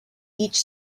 each